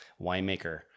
winemaker